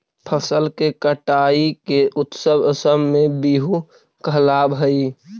फसल के कटाई के उत्सव असम में बीहू कहलावऽ हइ